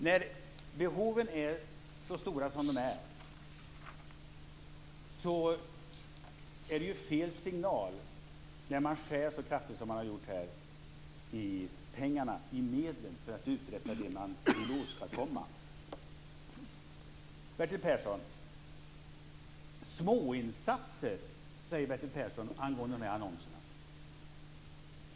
När behoven är så stora som de är, är det fel signal att som man nu har gjort skära så kraftigt i pengarna, i medlen man har för att uträtta det man vill åstadkomma. Småinsatser, säger Bertil Persson angående de här annonserna.